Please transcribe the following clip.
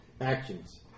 actions